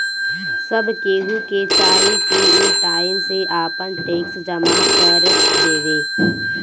सब केहू के चाही की उ टाइम से आपन टेक्स जमा कर देवे